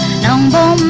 number